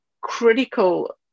critical